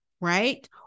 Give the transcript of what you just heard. right